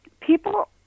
people